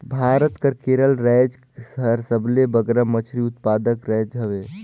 भारत कर केरल राएज हर सबले बगरा मछरी उत्पादक राएज हवे